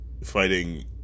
fighting